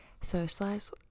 socialize